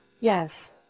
Yes